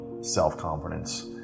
self-confidence